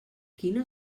quina